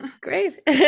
Great